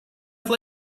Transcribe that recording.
have